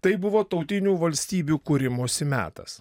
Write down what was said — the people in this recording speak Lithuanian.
tai buvo tautinių valstybių kūrimosi metas